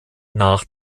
nach